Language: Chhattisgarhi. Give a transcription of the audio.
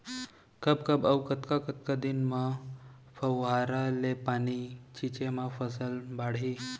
कब कब अऊ कतका कतका दिन म फव्वारा ले पानी छिंचे म फसल बाड़ही?